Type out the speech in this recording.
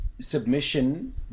submission